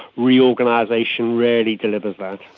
reorganisation rarely delivers that.